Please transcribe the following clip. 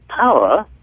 power